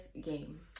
game